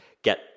get